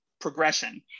progression